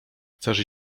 chcesz